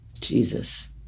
Jesus